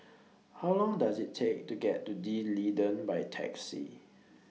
How Long Does IT Take to get to D'Leedon By Taxi